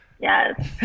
Yes